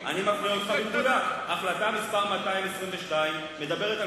אני מפנה אותך במדויק: החלטה מס' 222 מדברת על